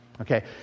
okay